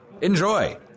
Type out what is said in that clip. Enjoy